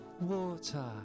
Water